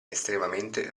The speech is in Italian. estremamente